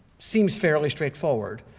seems fairly straightforward.